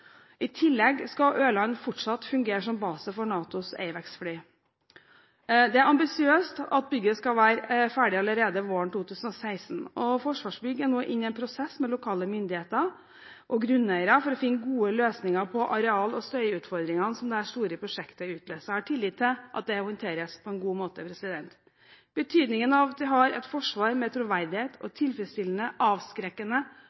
I tillegg skal Ørland fortsatt fungere som base for NATOs AWACS-fly. Det er ambisiøst at bygget skal være ferdig allerede våren 2016. Forsvarsbygg er nå inne i en prosess med lokale myndigheter og grunneiere for å finne gode løsninger på areal- og støyutfordringene som dette store prosjektet utløser. Jeg har tillit til at det håndteres på en god måte. Betydningen av at vi har et forsvar med troverdighet og